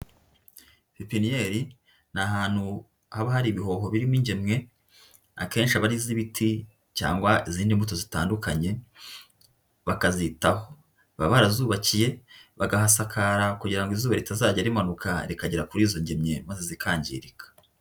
Pepiniyeri ni ahantu haba hari ibihoho birimo ingemwe, akenshi abari iz'ibiti cyangwa izindi mbuto zitandukanye bakazitaho. Baba barazubakiye bakahasakara kugira ngo izuba ritazajya rimanuka rikagera kuri izo ngemye maze zikangirika.